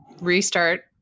restart